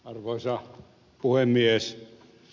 arvoisa puhemies